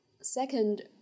Second